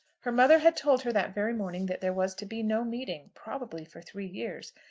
her mother had told her that very morning that there was to be no meeting probably for three years,